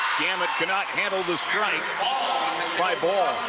gamet could not handle the strike by bahl.